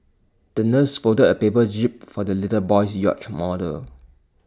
the nurse folded A paper jib for the little boy's yacht model